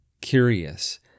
curious